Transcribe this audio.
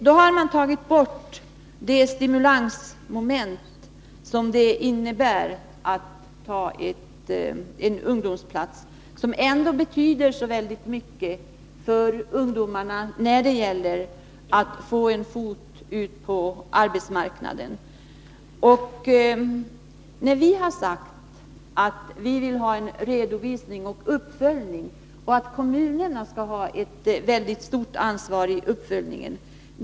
Då har man tagit bort den stimulans det skulle innebära att ta en ungdomsplats, som ändå betyder mycket för ungdomarna när det gäller att få en fot in i arbetsmarknaden. Vi har sagt att vi vill ha en redovisning och uppföljning, och att kommunerna bör ha ett stort ansvar i uppföljningen.